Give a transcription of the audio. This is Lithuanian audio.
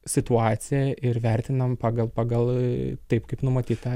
situaciją ir vertinam pagal pagal taip kaip numatyta